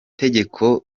tegeko